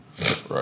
Right